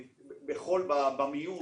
במיון.